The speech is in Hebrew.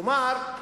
כלומר,